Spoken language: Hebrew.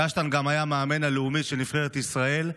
קשטן גם היה המאמן הלאומי של נבחרת ישראל,